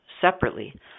separately